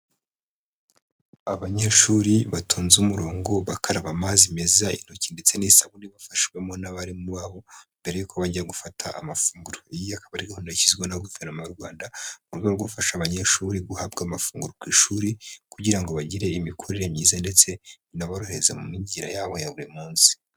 Abanyeshuri batonze umurongo bakaraba amazi meza intoki ndetse n'isabune bafashijwemo n'abarimu babo. Mbere yuko bajya gufata amafunguro. Iyi akaba ari gahunda ikurikizwa na guverinoma y'u Rwanda mu rwego rwo gufasha abanyeshuri guhabwa amafunguro ku ishuri kugira ngo bagire imikorere myiza ndetse inaborohereza mu myigire yabo ya buri munsi.